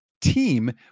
team